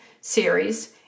series